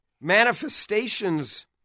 Manifestations